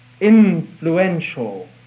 influential